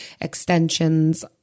extensions